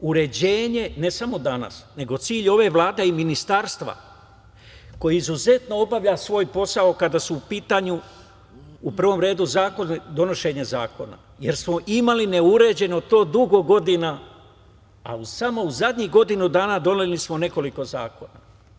Uređenje, i ne samo danas, nego cilj ove Vlade i ministarstva koje izuzetno obavlja svoj posao kada su u pitanju donošenje zakona jer smo imali neuređeno to dugo godina, a samo u zadnjih godinu dana doneli smo nekoliko zakona.